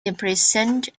imprisoned